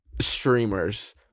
streamers